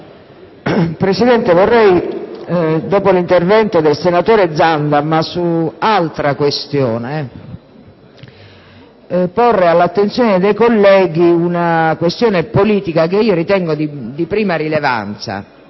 Presidente, dopo l'intervento del senatore Zanda, ma su altro argomento, vorrei porre all'attenzione dei colleghi una questione politica che io ritengo di primaria rilevanza